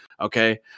okay